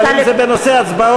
אבל אם זה בנושא הצבעות,